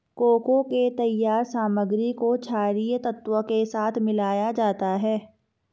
cocoa के तैयार सामग्री को छरिये तत्व के साथ मिलाया जाता है